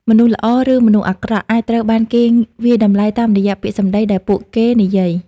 មនុស្សល្អ ឬមនុស្សអាក្រក់ អាចត្រូវបានគេវាយតម្លៃតាមរយៈពាក្យសម្ដីដែលពួកគេនិយាយ។